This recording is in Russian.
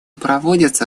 проводятся